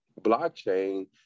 blockchain